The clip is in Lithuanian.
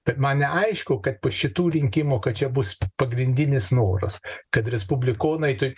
bet man neaišku kad po šitų rinkimų kad čia bus pagrindinis noras kad respublikonai tai